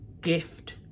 gift